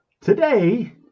Today